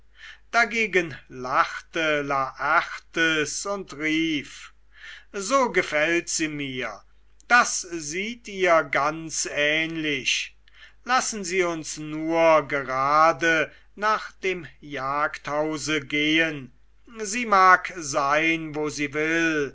dagegen lachte laertes und rief so gefällt sie mir das sieht ihr ganz ähnlich lassen sie uns nur gerade nach dem jagdhause gehen sie mag sein wo sie will